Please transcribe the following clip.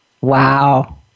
Wow